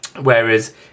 Whereas